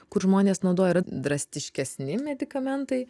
kur žmonės naudoja yra drastiškesni medikamentai